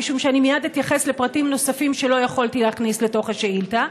משום שאני מייד אתייחס לפרטים נוספים שלא יכולתי להכניס לתוך השאילתה,